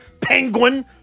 Penguin